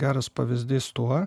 geras pavyzdys tuo